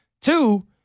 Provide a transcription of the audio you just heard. Two